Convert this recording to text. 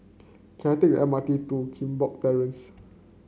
can I take the M R T to Limbok Terrace